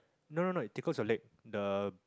no no no it tickles your leg the